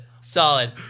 Solid